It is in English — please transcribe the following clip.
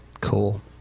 cool